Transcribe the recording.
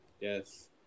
Yes